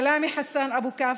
סלאמה חסן אבו כף,